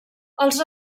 els